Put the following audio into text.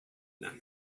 not